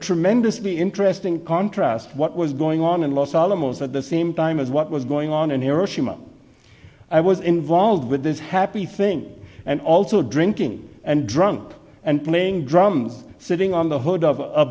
tremendously interesting contrast what was going on in los alamos at the same time as what was going on in hiroshima i was involved with this happy thing and also drinking and drunk and playing drums sitting on the hood of